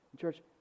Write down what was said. Church